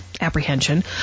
Apprehension